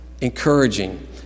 encouraging